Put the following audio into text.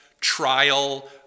trial